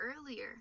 earlier